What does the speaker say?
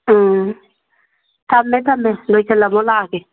ꯎꯝ ꯊꯝꯃꯦ ꯊꯝꯃꯦ ꯂꯣꯏꯁꯤꯜꯂꯝꯃꯣ ꯂꯥꯛꯑꯒꯦ